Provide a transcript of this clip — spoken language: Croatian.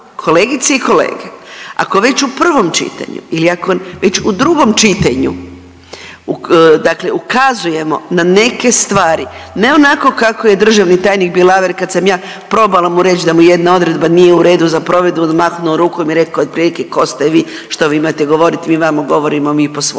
kolegice i kolege ako već u prvom čitanju ili ako već u drugom čitanju dakle ukazujemo na neke stvari, ne onako kako je državni tajnik Bilaver kad sam ja probala mu reći da mu jedna odredba nije u redu za provedbu odmahnu rukom i rekao otprilike tko ste vi, što vi imate govoriti, mi vama govorimo, a mi po svoje.